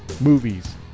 movies